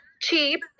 cheap